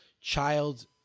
child